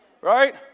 Right